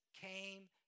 came